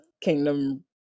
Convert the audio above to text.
kingdom